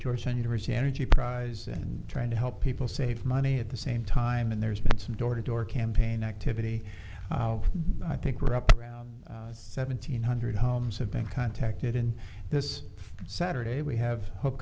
georgetown university energy prize and trying to help people save money at the same time and there's been some door to door campaign activity i think we're up around seven hundred homes have been contacted in this saturday we have ho